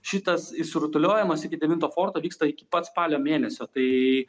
šitas jis rutuliojamas iki devinto forto vyksta iki pat spalio mėnesio tai